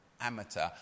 amateur